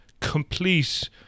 complete